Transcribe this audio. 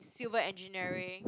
civil engineering